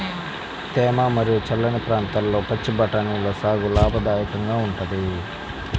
తేమ మరియు చల్లని ప్రాంతాల్లో పచ్చి బఠానీల సాగు లాభదాయకంగా ఉంటుంది